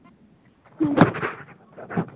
ᱦᱮᱸ